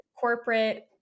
corporate